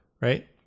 right